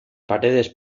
paredes